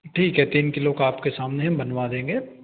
ठीक है तीन किलो का आपके सामने ही बनवा देंगे